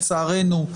לצערנו,